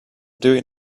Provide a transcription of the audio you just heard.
doing